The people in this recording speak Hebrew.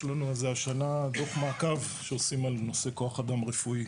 יש לנו על זה השנה דוח מעקב שעושים על נושא כוח אדם רפואי,